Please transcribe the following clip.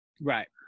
Right